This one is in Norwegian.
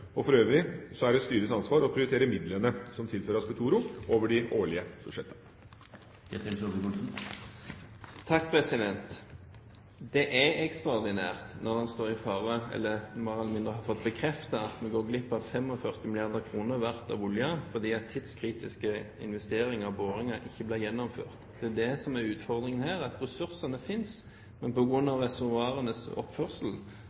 For øvrig er det styrets ansvar å prioritere midlene som tilføres Petoro over de årlige budsjettene. Det er ekstraordinært når vi mer eller mindre har fått bekreftet at vi går glipp av 45 mrd. kr innenfor olje, fordi tidskritiske investeringer og boringer ikke blir gjennomført. Det er det som er utfordringen her. Ressursene fins, men på grunn av reservoarenes oppførsel,